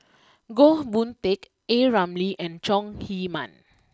Goh Boon Teck A Ramli and Chong Heman